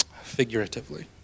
figuratively